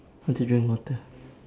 want to drink water